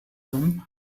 them